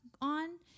on